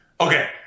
Okay